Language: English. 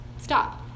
stop